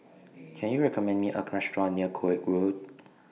Can YOU recommend Me A Restaurant near Koek Road